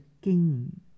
king